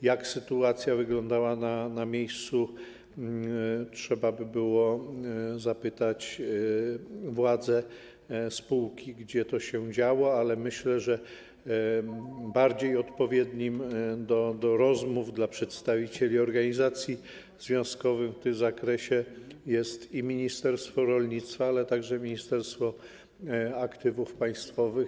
Jak sytuacja wyglądała na miejscu, trzeba by było zapytać władze spółki, gdzie to się działo, ale myślę, że bardziej odpowiednie do rozmów z przedstawicielami organizacji związkowych w tym zakresie jest ministerstwo rolnictwa, a także Ministerstwo Aktywów Państwowych.